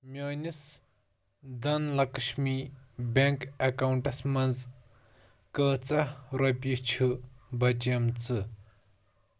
میٛٲنِس Dhan Lakshmi bank accounts منٛز کۭژاہ رۄپیہِ چھِ بچیمژٕ